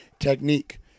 technique